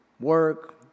work